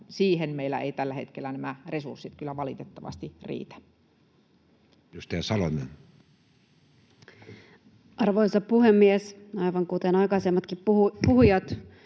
siihen meillä eivät tällä hetkellä nämä resurssit kyllä valitettavasti riitä. Edustaja Salonen. Arvoisa puhemies! Aivan kuten aikaisemmatkin puhujat,